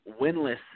winless